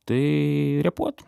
tai repuot